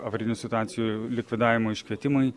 avarinių situacijų likvidavimo iškvietimai